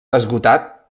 esgotat